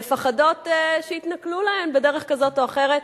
מפחדות שיתנכלו להן בדרך כזאת או אחרת: